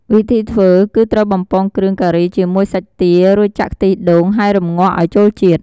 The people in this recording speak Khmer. វិធីធ្វើគឺត្រូវបំពងគ្រឿងការីជាមួយសាច់ទា រួចចាក់ខ្ទិះដូង ហើយរំងាស់ឱ្យចូលជាតិ។